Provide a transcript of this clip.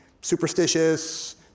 superstitious